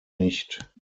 nicht